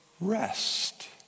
rest